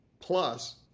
plus